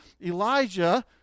Elijah